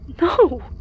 No